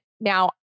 now